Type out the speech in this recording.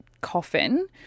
coffin